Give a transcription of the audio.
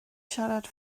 siarad